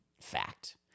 fact